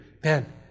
Ben